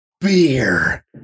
Beer